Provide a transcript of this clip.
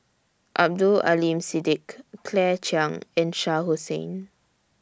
Abdul Aleem Siddique Claire Chiang and Shah Hussain